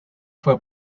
fue